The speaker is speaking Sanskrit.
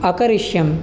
अकरिष्यम्